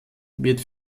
wird